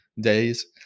days